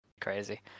Crazy